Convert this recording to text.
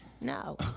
No